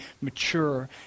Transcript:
mature